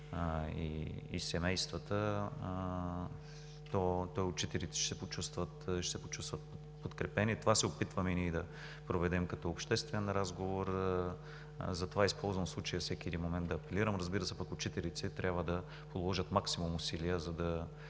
и семействата, то и учителите ще се почувстват подкрепени. Това се опитваме да проведем като обществен разговор и затова използвам случая всеки един момент да апелирам. Разбира се, учителите трябва да положат максимум усилия,